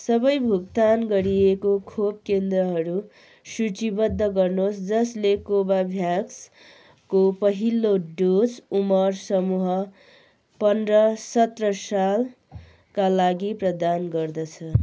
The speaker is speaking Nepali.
सबै भुक्तान गरिएको खोप केन्द्रहरू सूचीबद्ध गर्नुहोस् जसले कोभाभ्याक्सको पहिलो डोज उमेर समूह पन्ध्र सत्र सालका लागि प्रदान गर्दछ